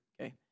okay